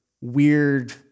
weird